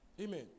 Amen